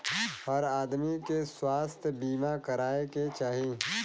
हर आदमी के स्वास्थ्य बीमा कराये के चाही